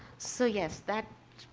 so yes, that,